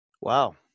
Wow